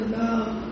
love